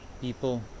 people